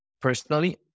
personally